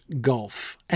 gulf